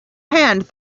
hand